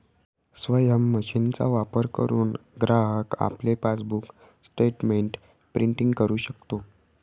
स्वयम मशीनचा वापर करुन ग्राहक आपले पासबुक स्टेटमेंट प्रिंटिंग करु शकतो